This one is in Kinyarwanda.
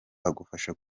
agufasha